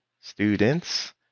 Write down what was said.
students